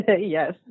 Yes